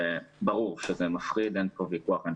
וברור שזה מפחיד ואין פה ויכוח.